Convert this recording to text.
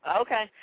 Okay